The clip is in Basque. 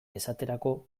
esaterako